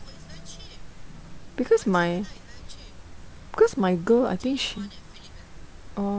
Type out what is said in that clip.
because my because my girl I think she oh